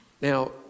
now